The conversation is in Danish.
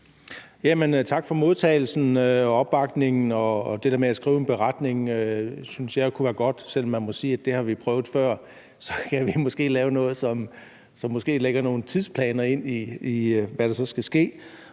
Tak for modtagelsen og opbakningen, og det der med at skrive en beretning synes jeg jo kunne være godt. Selv om man må sige, at det har vi prøvet før, så kan vi måske lave noget, som lægger nogle tidsplaner ind, i forhold til hvad der så skal ske.